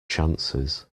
chances